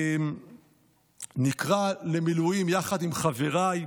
נקרא למילואים, יחד עם חבריי,